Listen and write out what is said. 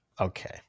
Okay